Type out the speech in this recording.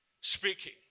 speaking